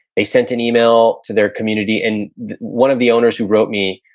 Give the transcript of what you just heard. they sent an email to their community and one of the owners who wrote me,